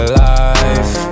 life